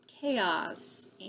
chaos